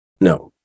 no